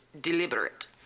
deliberate